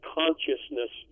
consciousness